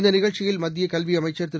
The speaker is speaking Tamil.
இந்த நிகழ்ச்சியில் மத்திய கல்வி அமைச்சர் திரு